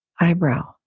Eyebrow